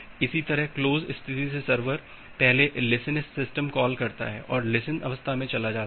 इसी तरह क्लोज स्थिति से सर्वर पहले लिसेन सिस्टम कॉल करता है और लिसेन अवस्था में चला जाता है